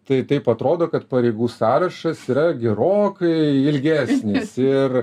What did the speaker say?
tai taip atrodo kad pareigų sąrašas yra gerokai ilgesnis ir